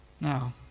Now